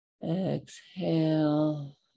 Exhale